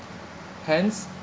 hence